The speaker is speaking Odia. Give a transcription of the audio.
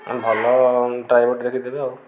ଭଲ ଡ୍ରାଇଭର୍ ଦେଖିକି ଦେବେ ଆଉ